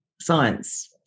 science